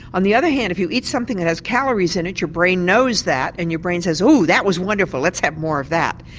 on the other hand if you eat something that has calories in it your brain knows that and the brain says ooh, that was wonderful, let's have more of that.